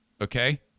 okay